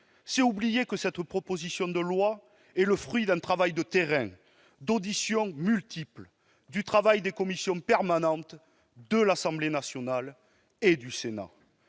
C'est oublier que cette proposition de loi est le fruit d'un travail de terrain, d'auditions multiples, du travail des commissions permanentes de l'Assemblée nationale et du Sénat.